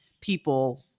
people